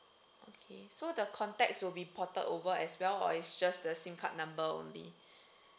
okay so the contacts will be ported over as well or is just the SIM card number only